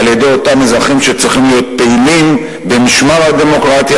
על-ידי אותם אזרחים שצריכים להיות פעילים במשמר הדמוקרטיה,